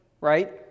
right